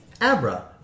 Abra